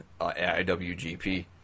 IWGP